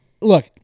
look